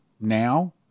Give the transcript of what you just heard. Now